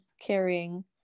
carrying